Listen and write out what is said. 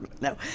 No